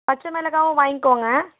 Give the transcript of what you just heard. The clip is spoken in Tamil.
பச்ச மிளகாவும் வாங்கிக்கோங்க